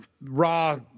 raw